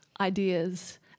ideas